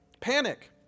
Panic